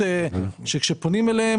כשאנחנו פונים אליהם,